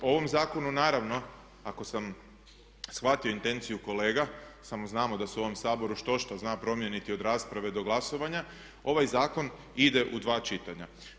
O ovom zakonu naravno ako sam shvatio intenciju kolega samo znamo da se u ovom Saboru štošta zna promijeniti od rasprave do glasovanja ovaj zakon ide u dva čitanja.